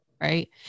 right